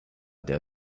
there